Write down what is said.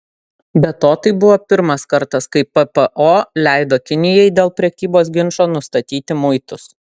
be to tai buvo pirmas kartas kai ppo leido kinijai dėl prekybos ginčo nustatyti muitus